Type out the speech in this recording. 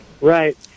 Right